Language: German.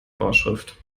vorschrift